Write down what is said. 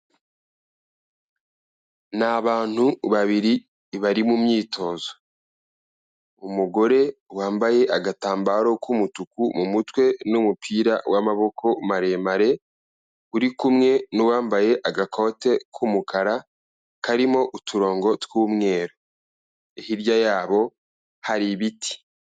Ni abantu babiri bari mu myitozo, umugore wambaye agatambaro k'umutuku mu mutwe n'umupira w'amaboko maremare, uri kumwe n'uwambaye agakote k'umukara karimo uturongo tw'umweru, hirya yabo hari ibiti.